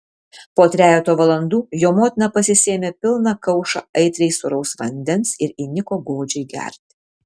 po trejeto valandų jo motina pasisėmė pilną kaušą aitriai sūraus vandens ir įniko godžiai gerti